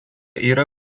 yra